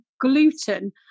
gluten